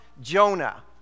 Jonah